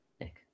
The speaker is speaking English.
Nick